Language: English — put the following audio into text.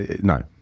No